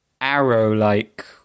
arrow-like